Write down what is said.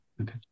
Okay